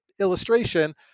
illustration